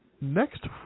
next